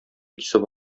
кисеп